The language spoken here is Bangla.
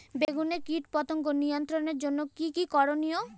বেগুনে কীটপতঙ্গ নিয়ন্ত্রণের জন্য কি কী করনীয়?